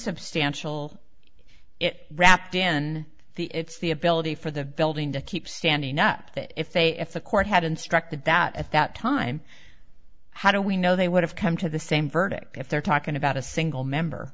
substantial it wrapped in the it's the ability for the building to keep standing up that if they if the court had instructed that at that time how do we know they would have come to the same verdict if they're talking about a single member